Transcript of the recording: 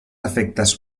efectes